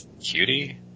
cutie